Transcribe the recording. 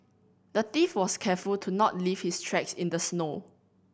the thief was careful to not leave his tracks in the snow